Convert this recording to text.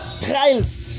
trials